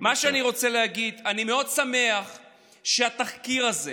מה שאני רוצה להגיד: אני מאוד שמח שהתחקיר הזה,